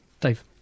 Dave